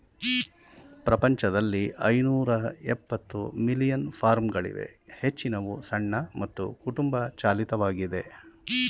ಪ್ರಪಂಚದಲ್ಲಿ ಐನೂರಎಪ್ಪತ್ತು ಮಿಲಿಯನ್ ಫಾರ್ಮ್ಗಳಿವೆ ಹೆಚ್ಚಿನವು ಸಣ್ಣ ಮತ್ತು ಕುಟುಂಬ ಚಾಲಿತವಾಗಿದೆ